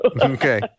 Okay